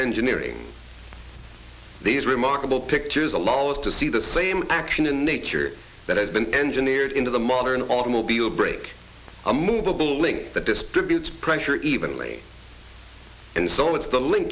engineering these remarkable pictures a lull us to see the same action in nature that has been engineered into the modern automobile brake a movable link that distributes pressure evenly and so it's the link